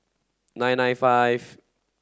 nine nine five